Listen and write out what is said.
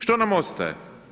Što nam ostaje?